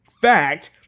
fact